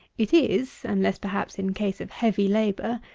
it is, unless perhaps in case of heavy labour,